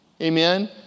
Amen